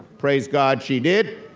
praise god she did.